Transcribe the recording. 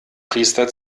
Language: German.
priester